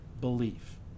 belief